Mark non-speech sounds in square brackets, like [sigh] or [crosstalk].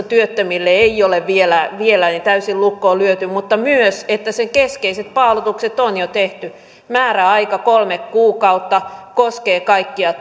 [unintelligible] työttömille ei ole vielä vielä täysin lukkoon lyöty mutta myös että sen keskeiset paalutukset on jo tehty määräaika kolme kuukautta koskee kaikkia [unintelligible]